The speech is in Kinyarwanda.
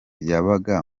yabaga